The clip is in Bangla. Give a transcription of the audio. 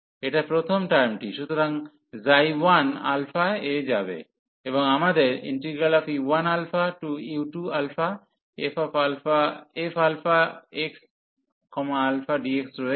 এটা প্রথম টার্মটি সুতরাং 1 α এ যাবে এবং আমাদের u1u2fxαdx রয়েছে